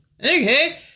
okay